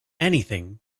anything